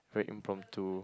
very impromptu